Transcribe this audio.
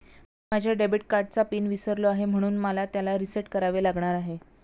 मी माझ्या डेबिट कार्डचा पिन विसरलो आहे म्हणून मला त्याला रीसेट करावे लागणार आहे